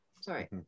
Sorry